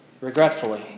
regretfully